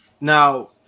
Now